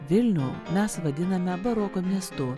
vilnių mes vadiname baroko miestu